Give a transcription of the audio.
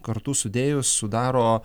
kartu sudėjus sudaro